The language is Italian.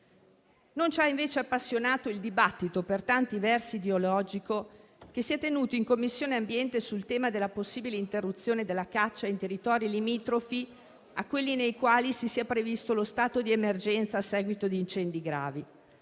Non ci ha invece appassionato il dibattito, per tanti versi ideologico, che si è svolto in Commissione territorio, ambiente, beni ambientali sul tema della possibile interruzione della caccia nei territori limitrofi a quelli nei quali è previsto lo stato d'emergenza a seguito di incendi gravi.